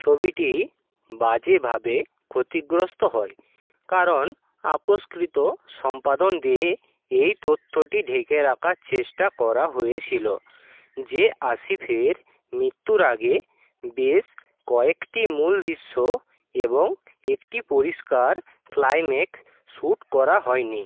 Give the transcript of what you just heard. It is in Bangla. ছবিটি বাজেভাবে ক্ষতিগ্রস্ত হয় কারণ আপসকৃত সম্পাদন দিয়ে এই তথ্যটি ঢেকে রাখার চেষ্টা করা হয়েছিল যে আসিফের মৃত্যুর আগে বেশ কয়েকটি মূল দৃশ্য এবং একটি পরিষ্কার ক্লাইম্যাক্স শ্যুট করা হয়নি